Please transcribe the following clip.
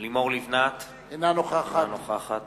לימור לבנת, אינה נוכחת